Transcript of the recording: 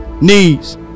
knees